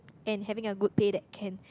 and having a good pay that can